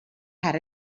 had